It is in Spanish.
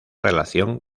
relación